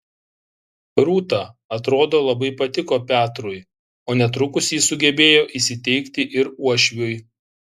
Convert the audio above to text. rūta atrodo labai patiko petrui o netrukus ji sugebėjo įsiteikti ir uošviui